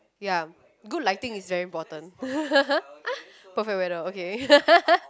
ya good lighting is very important perfect weather okay